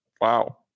wow